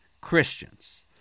christians